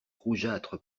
rougeâtre